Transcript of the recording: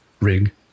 Rig